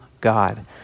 God